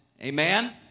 Amen